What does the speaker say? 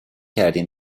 کردین